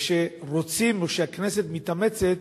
וכשרוצים או כשהכנסת מתאמצת,